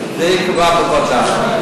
זה ייקבע בוועדה.